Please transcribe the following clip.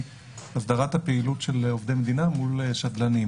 הסדרת הפעילות של עובדי מדינה מול שדלנים,